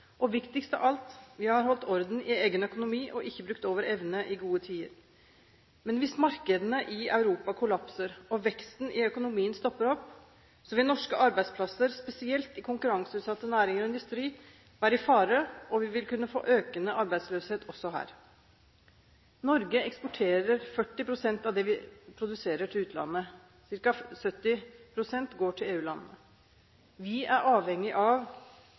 Og viktigst av alt: Vi har holdt orden i egen økonomi og ikke brukt over evne i gode tider. Men hvis markedene i Europa kollapser og veksten i økonomien stopper opp, vil norske arbeidsplasser, spesielt i konkurranseutsatte næringer og industri, være i fare, og vi vil kunne få økende arbeidsløshet også her. Norge eksporterer 40 pst. av det landet produserer, til utlandet, ca. 70 pst. går til EU-landene. Vi er avhengig av